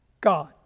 God